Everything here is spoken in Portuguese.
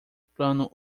plano